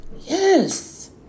Yes